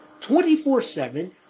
24-7